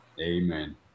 Amen